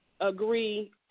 agree